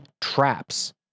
traps